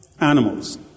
animals